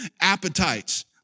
appetites